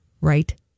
right